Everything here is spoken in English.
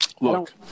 Look